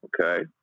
Okay